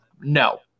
No